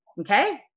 Okay